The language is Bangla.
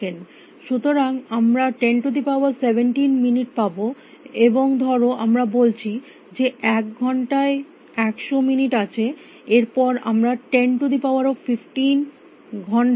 সুতরাং আমরা 1017 মিনিট পাব এবং ধর আমরা বলছি যে এক ঘন্টায় 100 মিনিট আছে এর পর আমরা 1015 ঘন্টা পাই